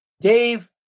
Dave